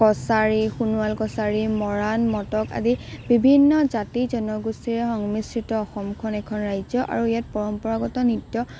কছাৰী সোণোৱাল কছাৰী মৰাণ মটক আদি বিভিন্ন জাতি জনগোষ্ঠীৰে সংমিশ্ৰিত অসমখন এখন ৰাজ্য আৰু ইয়াত পৰম্পৰাগত নৃত্য